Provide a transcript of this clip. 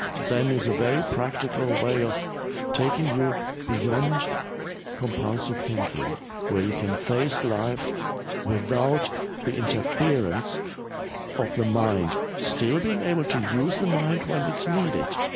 zen is a very practical way of taking you beyond compulsive thinking where you can face life without the interference of the mind. still being able to use the mind when it's needed,